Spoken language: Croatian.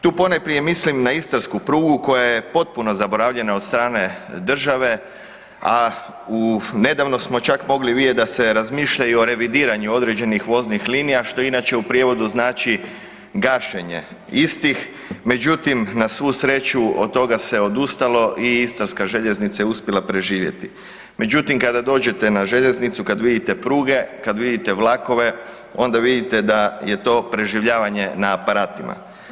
Tu ponajprije mislim na istarsku prugu koja je potpuno zaboravljena od strane države, a u nedavno smo čak mogli vidjeti da se razmišlja i o revidiranju određenih voznih linija, što inače u prijevodu znači gašenje istih međutim na svu sreću, od toga se odustalo i istarska željeznica je uspjela preživjeti međutim kada dođete na željeznicu, kad vidite pruge, kad vidite vlakove, onda vidite da je to preživljavanje na aparatima.